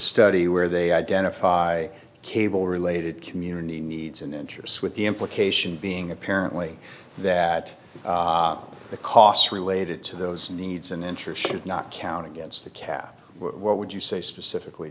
study where they identify cable related community needs and interests with the implication being apparently that the costs related to those needs and interests should not count against the cap what would you say specifically